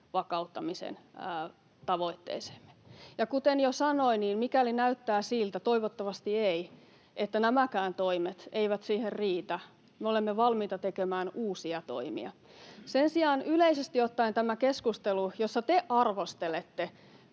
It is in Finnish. vakauttamisen tavoitteeseen. Ja kuten jo sanoin, niin mikäli näyttää siltä — toivottavasti ei — että nämäkään toimet eivät siihen riitä, me olemme valmiita tekemään uusia toimia. Sen sijaan yleisesti ottaen tässä keskustelussa te arvostelette